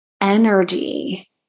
energy